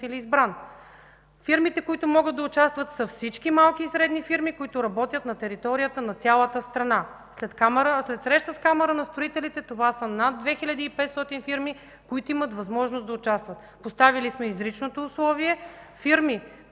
или избран. Фирмите, които могат да участват, са всички малки и средни фирми, които работят на територията на цялата страна. След среща с Камарата на строителите, това са над 2500 фирми, които имат възможност да участват. Поставили сме изричното условие фирми,